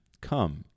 Come